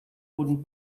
wooden